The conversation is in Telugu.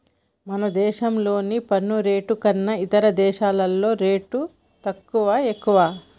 మన దేశంలోని పన్ను రేట్లు కన్నా ఇతర దేశాల్లో రేట్లు తక్కువా, ఎక్కువా